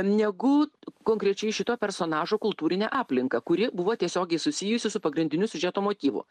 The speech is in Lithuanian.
negu konkrečiai šito personažo kultūrinę aplinką kuri buvo tiesiogiai susijusi su pagrindiniu siužeto motyvu